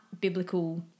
biblical